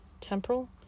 temporal